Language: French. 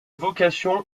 vocations